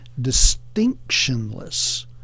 distinctionless